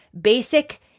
basic